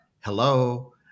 hello